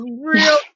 real